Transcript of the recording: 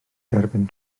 derbyn